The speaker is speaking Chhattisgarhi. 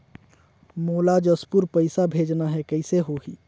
मोला जशपुर पइसा भेजना हैं, कइसे होही?